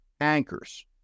anchors